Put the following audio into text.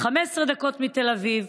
15 דקות מתל אביב,